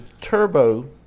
turbo